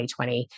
2020